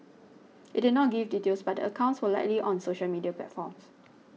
it did not give details but the accounts were likely on social media platforms